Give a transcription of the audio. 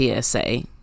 PSA